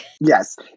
yes